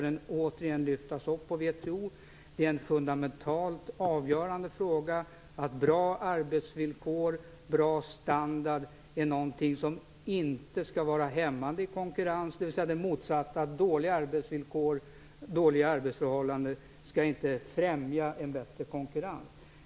Det är en fundamentalt avgörande fråga att bra arbetsvillkor, bra standard inte skall vara hämmande i konkurrenshänseende. Dåliga arbetsvillkor och dåliga arbetsförhållanden skall alltså inte ge en bättre konkurrensförmåga.